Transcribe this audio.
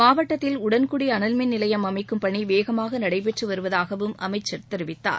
மாவட்டத்தில் உடன்குடி அனல்மின் நிலையம் அமைக்கும் பணி வேகமாக நடைபெற்று வருவதாகவும் அமைச்சர் தெரிவித்தார்